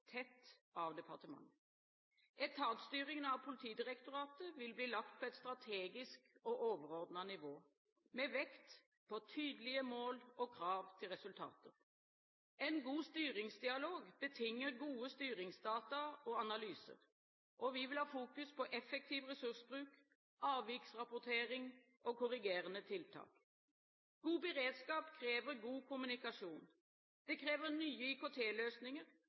tett opp av departementet. Etatsstyringen av Politidirektoratet vil bli lagt på et strategisk og overordnet nivå, med vekt på tydelige mål og krav til resultater. En god styringsdialog betinger gode styringsdata og analyser. Vi vil ha fokus på effektiv ressursbruk, avviksrapportering og korrigerende tiltak. God beredskap krever god kommunikasjon. Det krever nye